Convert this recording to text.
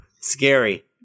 Scary